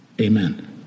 Amen